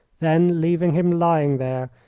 then, leaving him lying there,